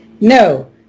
No